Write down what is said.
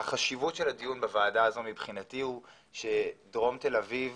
החשיבות של הדיון בוועדה הזאת מבחינתי הוא שדרום תל אביב